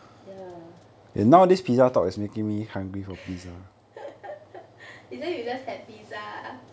ya didn't you just had pizza